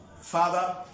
Father